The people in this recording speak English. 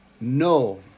No